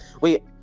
Wait